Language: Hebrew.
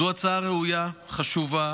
זו הצעה ראויה, חשובה.